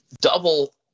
double